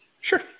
Sure